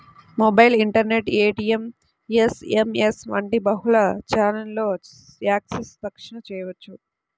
mobile, internet, ATM, SMS వంటి బహుళ ఛానెల్లలో యాక్సెస్ తక్షణ చేయవచ్చు